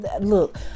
look